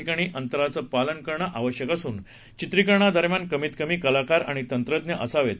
ठिकाणी अंतराचे पालन आवश्यक असून चित्रिकरणादरम्यान कमीतकमी कलाकार आणि तंत्रज्ञ असावेत